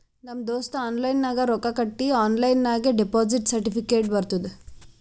ನಮ್ ದೋಸ್ತ ಆನ್ಲೈನ್ ನಾಗ್ ರೊಕ್ಕಾ ಕಟ್ಟಿ ಆನ್ಲೈನ್ ನಾಗೆ ಡೆಪೋಸಿಟ್ ಸರ್ಟಿಫಿಕೇಟ್ ಬರ್ತುದ್